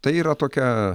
tai yra tokia